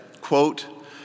quote